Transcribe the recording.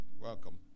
Welcome